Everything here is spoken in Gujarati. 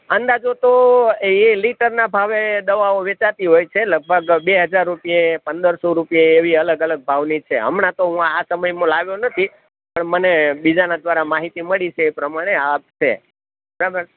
અંદાજો તો એ એ લિટરનાં ભાવે દવાઓ વેચાતી હોય છે લગભગ બે હજાર રૂપિયે પંદરસો રૂપિયે એવી અલગ અલગ ભાવની છે હમણાં તો હું આ સમયમાં લાવ્યો નથી પણ મને બીજાનાં દ્વારા માહિતી મળી છે એ પ્રમાણે આ છે બરાબર